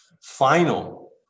Final